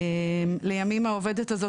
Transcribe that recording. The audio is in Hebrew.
לימים העובדת הזאת,